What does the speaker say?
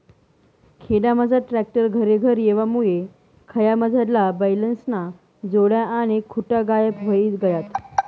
खेडामझार ट्रॅक्टर घरेघर येवामुये खयामझारला बैलेस्न्या जोड्या आणि खुटा गायब व्हयी गयात